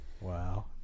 Wow